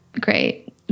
Great